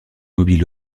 mobile